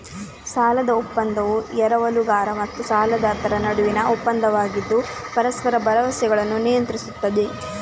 ಸಾಲದ ಒಪ್ಪಂದವು ಎರವಲುಗಾರ ಮತ್ತು ಸಾಲದಾತರ ನಡುವಿನ ಒಪ್ಪಂದವಾಗಿದ್ದು ಪರಸ್ಪರ ಭರವಸೆಗಳನ್ನು ನಿಯಂತ್ರಿಸುತ್ತದೆ